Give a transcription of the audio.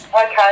Okay